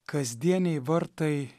kasdieniai vartai